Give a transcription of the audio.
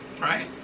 Right